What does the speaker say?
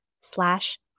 slash